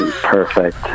Perfect